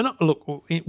look